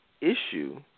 issue